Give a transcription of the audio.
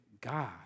God